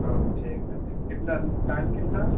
कल ठीक है कितना टाइम कितना